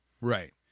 right